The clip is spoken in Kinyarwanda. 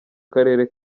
karere